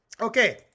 Okay